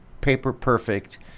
paper-perfect